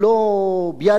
לא ביאליק,